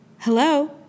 Hello